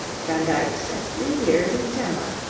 van dyck spent three years in genoa,